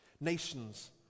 Nations